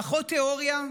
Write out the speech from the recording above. פחות תיאוריה,